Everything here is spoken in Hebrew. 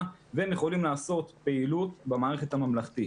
והם יכולים לעשות פעילות במערכת הממלכתית.